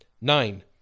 Nine